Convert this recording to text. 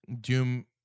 Doom